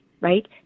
right